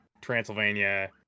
Transylvania